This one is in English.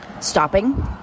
stopping